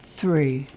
three